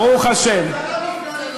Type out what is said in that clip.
יש הרבה דברים.